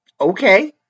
Okay